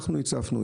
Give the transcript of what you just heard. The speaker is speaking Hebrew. אנחנו הצפנו.